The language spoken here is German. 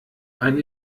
ein